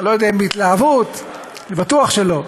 לא יודע אם בהתלהבות, אני בטוח שלא,